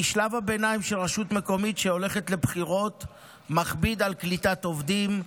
כי שלב הביניים של רשות מקומית שהולכת לבחירות מכביד על קליטת עובדים,